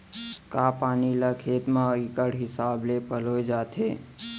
का पानी ला खेत म इक्कड़ हिसाब से पलोय जाथे?